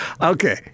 Okay